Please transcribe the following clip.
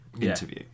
interview